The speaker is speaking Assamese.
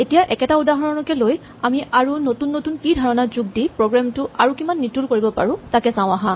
এতিয়া একেটা উদাহৰণকে লৈ আমি আৰু নতুন নতুন কি কি ধাৰণা যোগ দি প্ৰগ্ৰেম টো আৰু কিমান নিটুল কৰিব পাৰো তাকে চাওঁ আহাঁ